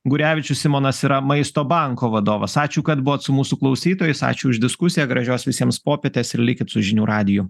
gurevičius simonas yra maisto banko vadovas ačiū kad buvot su mūsų klausytojais ačiū už diskusiją gražios visiems popietės ir likit su žinių radiju